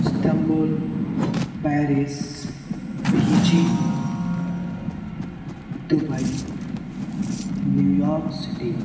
Istanbul Paris Beijing Dubai New York city